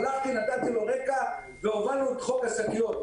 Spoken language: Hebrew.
נתתי לו רקע והובלנו את חוק השקיות.